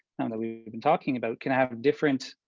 and that we've been talking about, can it have a different,